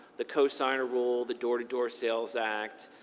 the co-signer rule, the door-to-door sales act,